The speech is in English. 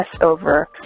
over